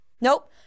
nope